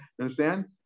Understand